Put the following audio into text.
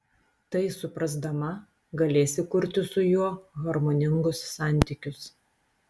tai suprasdama galėsi kurti su juo harmoningus santykius